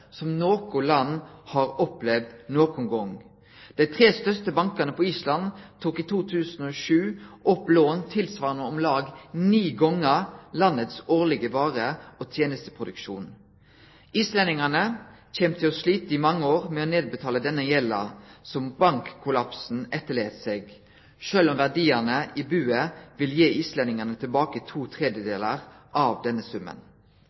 som noko land nokon gong har opplevd. Dei tre største bankane på Island tok i 2007 opp lån tilsvarande om lag ni gonger landets årlege vare- og tenesteproduksjon. Islendingane kjem til å slite i mange år med å nedbetale den gjelda som bankkollapsen etterlét seg, sjølv om verdiane i buet vil gi islendingane tilbake to tredelar av denne summen.